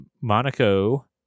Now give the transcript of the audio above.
Monaco